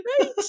Right